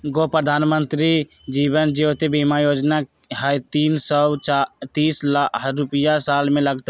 गो प्रधानमंत्री जीवन ज्योति बीमा योजना है तीन सौ तीस रुपए साल में लगहई?